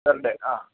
പേർ ഡേ ആ